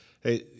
hey